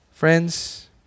Friends